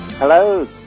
Hello